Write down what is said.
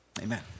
amen